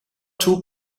two